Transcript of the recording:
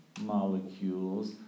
molecules